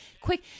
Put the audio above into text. Quick